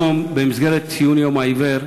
היום, במסגרת ציון יום העיוור,